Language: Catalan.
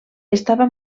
estava